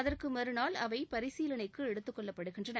அகற்கு மறுநாள் அவை பரிசீலனைக்கு எடுத்துக்கொள்ளப்படுகின்றன